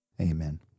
Amen